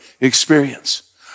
experience